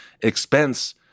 expense